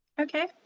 Okay